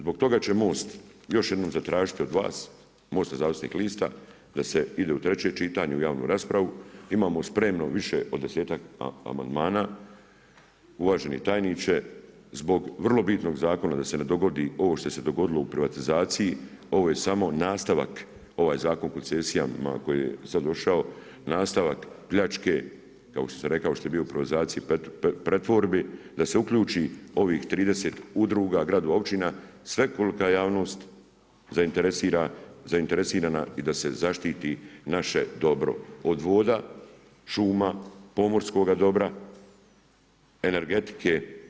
Zbog toga će MOST, još jednom zatražiti od vas da se ide u treće čitanje u javnu raspravu, imamo spremno više od desetak amandmana, uvaženi tajniče, zbog vrlo bitnog zakona da se ne dogodi ovo što se dogodilo u privatizaciji ovo je samo nastavak, ovaj Zakon o koncesijama koji je sad došao, nastavak pljačke kao što sam rekao što je bio u privatizaciji i pretvorbi da se uključi ovih 30 udruga, gradova i općina svekolika javnost zainteresirana i da se zaštititi naše dobro od voda, šuma, pomorskoga dobra, energetike.